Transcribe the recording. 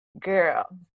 girl